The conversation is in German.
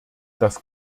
das